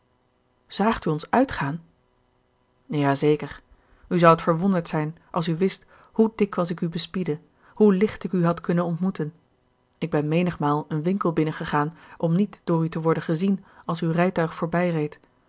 u ons uitgaan ja zeker u zoudt verwonderd zijn als u wist hoe dikwijls ik u bespiedde hoe licht ik u had kunnen ontmoeten ik ben menigmaal een winkel binnengegaan om niet door u te worden gezien als uw rijtuig voorbijreed